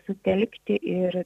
sutelkti ir